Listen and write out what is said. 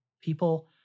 people